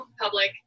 Public